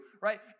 Right